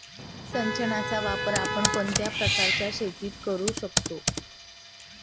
सिंचनाचा वापर आपण कोणत्या प्रकारच्या शेतीत करू शकतो?